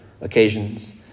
occasions